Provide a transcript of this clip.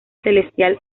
celestial